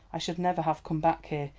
i should never have come back here.